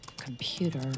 computer